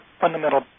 fundamental